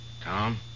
Tom